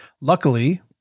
luckily